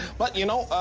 but you know,